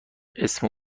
اسم